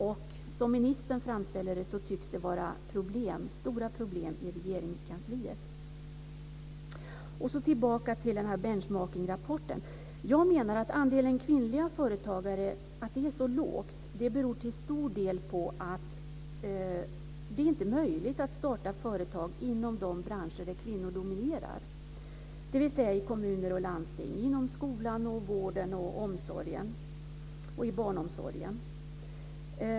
Men som ministern framställer det tycks det vara stora problem i Jag återkommer till benchmarking-rapporten. Att andelen kvinnliga företagare är så lågt beror till stor del på att det inte är möjligt att starta företag inom de branscher där kvinnor dominerar, dvs. i kommuner och landsting, inom skolan, vården, omsorgen och barnomsorgen.